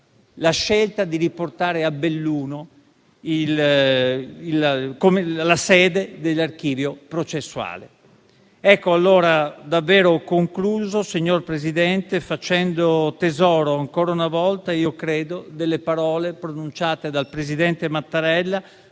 la scelta di riportare a Belluno la sede dell'archivio processuale. In conclusione, signor Presidente, faccio tesoro ancora una volta delle parole pronunciate dal presidente Mattarella